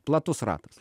platus ratas